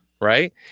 right